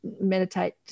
meditate